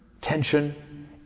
tension